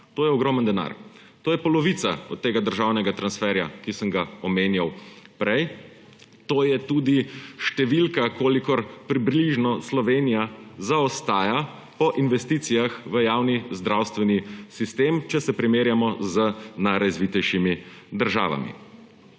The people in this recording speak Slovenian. To je ogromen denar. To je polovica od tega državnega transferja, ki sem ga omenjal prej, to je tudi številka, kolikor približno Slovenija zaostaja po investicijah v javni zdravstveni sistem, če se primerjamo z najrazvitejšimi državami.